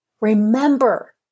Remember